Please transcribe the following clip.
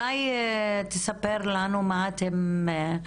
אמר לי בזמנו בוועדה לפני שנה